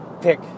pick